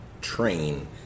train